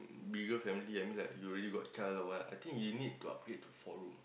bigger family I mean like you already got a child or what I think you need to upgrade to four room ah